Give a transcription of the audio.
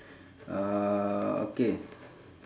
uh okay